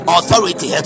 Authority